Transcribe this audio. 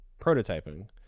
prototyping